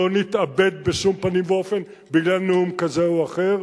לא נתאבד בשום פנים ואופן בגלל נאום כזה או אחר,